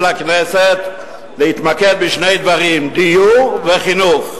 לכנסת להתמקד בשני דברים: דיור וחינוך.